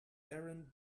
aaron